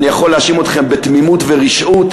אני יכול להאשים אתכם בתמימות ורשעות.